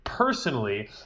Personally